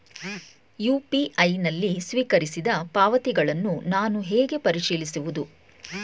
UPI ನಲ್ಲಿ ಸ್ವೀಕರಿಸಿದ ಪಾವತಿಗಳನ್ನು ನಾನು ಹೇಗೆ ಪರಿಶೀಲಿಸುವುದು?